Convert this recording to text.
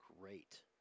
great